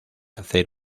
hacer